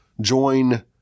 join